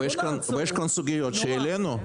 יש כאן סוגיות שהעלינו.